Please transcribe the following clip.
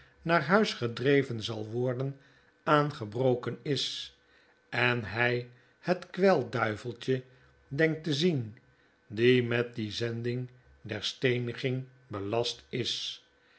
naar huis gedreven zal worden aangebroken is en hij het kwelduiveltje denkt te zien die met die zending der steeniging belast is